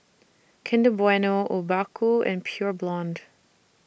Kinder Bueno Obaku and Pure Blonde